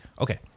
okay